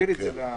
וכשזה יגיע,